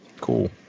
Cool